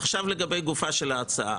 עכשיו לגבי גופה של ההצעה.